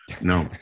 No